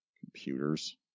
computers